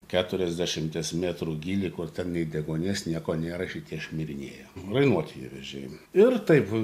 keturiasdešimties metrų gylį kur ten nei deguonies nieko nėra šitie šmirinėja rainuotieji vėžiai ir taip